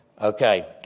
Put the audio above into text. Okay